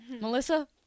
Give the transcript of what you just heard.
Melissa